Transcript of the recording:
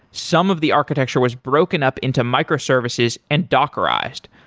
some of the architecture was broken up into microservices and dockrized,